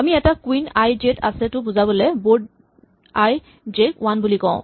আমি এটা queen I J ত আছে টো বুজাবলে বৰ্ড আই জে ক ৱান বুলি কওঁ